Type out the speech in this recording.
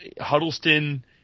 Huddleston